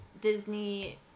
Disney